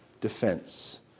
Defense